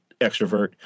extrovert